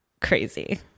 crazy